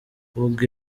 ubwo